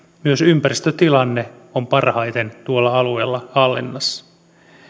myös ympäristötilanne on parhaiten tuolla alueella hallinnassa